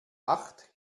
acht